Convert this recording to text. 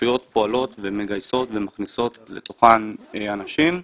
הרשויות פועלות ומגייסות ומכניסות לתוכן אנשים,